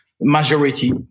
majority